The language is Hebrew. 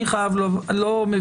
אני לא מבין,